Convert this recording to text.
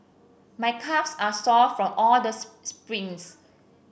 my calves are sore from all the sprints